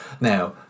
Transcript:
Now